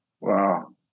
Wow